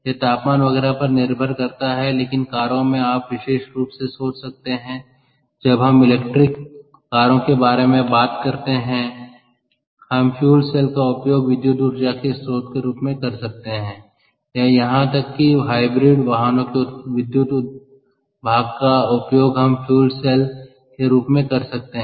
यह तापमान वगैरह पर निर्भर करता है लेकिन कारों में आप विशेष रूप से सोच सकते हैं जब हम इलेक्ट्रिक कारों के बारे में बात करते हैं हम फ्यूल सेल का उपयोग विद्युत ऊर्जा के स्रोत के रूप में कर सकते हैं या यहां तक कि हाइब्रिड वाहनों के विद्युत भाग का उपयोग हम फ्यूल सेल के रूप में कर सकते हैं